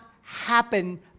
happen